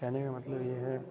کہنے کا مطلب یہ ہے